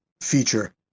feature